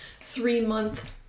three-month